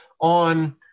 on